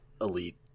elite